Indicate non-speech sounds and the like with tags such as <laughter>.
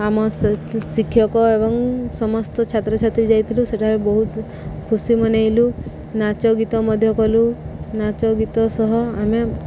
ଆମ <unintelligible> ଶିକ୍ଷକ ଏବଂ ସମସ୍ତ ଛାତ୍ରଛାତ୍ରୀ ଯାଇଥିଲୁ ସେଠାରେ ବହୁତ ଖୁସି ମନେଇଲୁ ନାଚ ଗୀତ ମଧ୍ୟ କଲୁ ନାଚ ଗୀତ ସହ ଆମେ